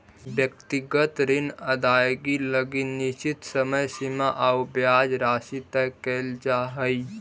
व्यक्तिगत ऋण अदाएगी लगी निश्चित समय सीमा आउ ब्याज राशि तय कैल जा हइ